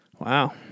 Wow